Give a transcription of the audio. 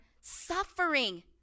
suffering